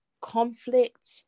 conflict